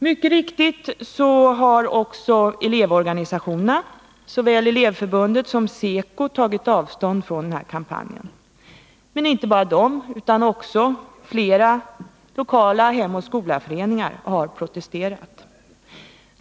Mycket riktigt har elevorganisationerna — såväl Elevförbundet som SECO — tagit avstånd från kampanjen. Men inte bara de, utan också flera lokala Hem och skola-föreningar har protesterat.